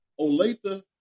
Olathe